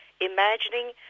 Imagining